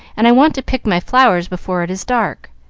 and i want to pick my flowers before it is dark.